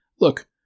Look